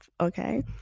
okay